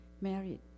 married